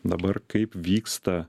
dabar kaip vyksta